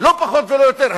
לא פחות ולא יותר.